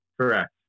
Correct